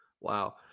wow